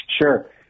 Sure